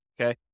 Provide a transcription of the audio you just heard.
okay